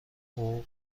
حقوق